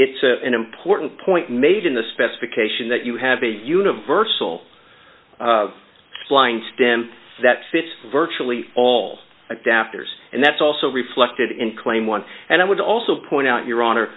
it's an important point made in the specification that you have a universal blind stem that fits virtually all adapters and that's also reflected in claim one and i would also point out your hon